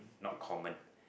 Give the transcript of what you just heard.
not common